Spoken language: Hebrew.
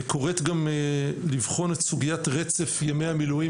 וקוראת לבחון את סוגיית רצף ימי המילואים